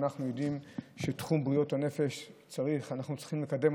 אנחנו יודעים שאת תחום בריאות הנפש אנחנו צריכים לקדם.